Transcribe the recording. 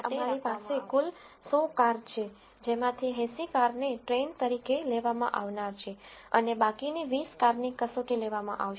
તેથી આ માટે અમારી પાસે કુલ 100 કાર છે જેમાંથી 80 કારને ટ્રેઇન તરીકે લેવામાં આવનાર છે અને બાકીની 20 કારની કસોટી લેવામાં આવશે